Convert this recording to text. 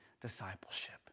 discipleship